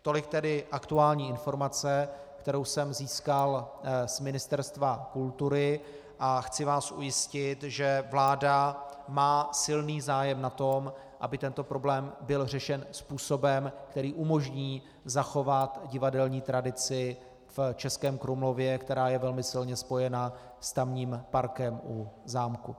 Tolik tedy aktuální informace, kterou jsem získal z Ministerstva kultury, a chci vás ujistit, že vláda má silný zájem na tom, aby tento problém byl řešen způsobem, který umožní zachovat divadelní tradici v Českém Krumlově, která je velmi silně spojena s tamním parkem u zámku.